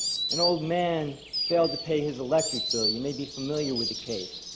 an old man failed to pay his electric bill you may be familiar with the case.